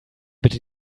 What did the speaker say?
bitte